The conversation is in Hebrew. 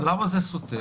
למה זה סותר?